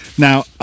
Now